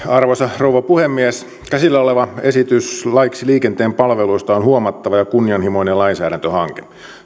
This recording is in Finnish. arvoisa rouva puhemies käsillä oleva esitys laiksi liikenteen palveluista on huomattava ja kunnianhimoinen lainsäädäntöhanke